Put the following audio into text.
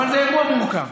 אבל זה מאוד מורכב.